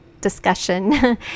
discussion